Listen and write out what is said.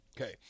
Okay